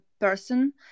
person